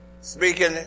speaking